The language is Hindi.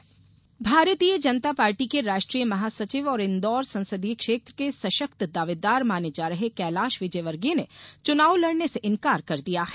वयजवर्गीय भारतीय जनता पार्टी के राष्ट्रीय महासचिव और इंदौर संसदीय क्षेत्र से सशक्त दावेदार माने जा रहे कैलाश विजयवर्गीय ने चुनाव लड़ने से इन्कार कर दिया है